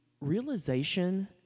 realization